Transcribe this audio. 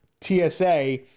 TSA